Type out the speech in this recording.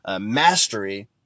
mastery